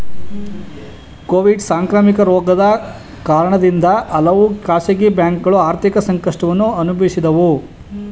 Covid ಸಾಂಕ್ರಾಮಿಕ ರೋಗದ ಕಾರಣದಿಂದ ಹಲವು ಖಾಸಗಿ ಬ್ಯಾಂಕುಗಳು ಆರ್ಥಿಕ ಸಂಕಷ್ಟವನ್ನು ಅನುಭವಿಸಿದವು